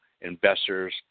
investors